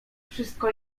wszystko